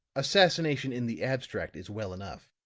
assassination in the abstract is well enough,